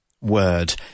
word